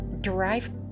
derived